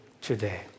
today